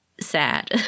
sad